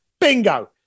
Bingo